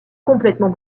complètement